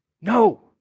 No